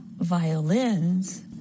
violins